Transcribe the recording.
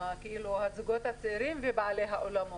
הזוגות הצעירים ובעלי האולמות,